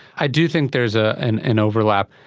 i do think there's ah and an overlap.